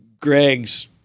Greg's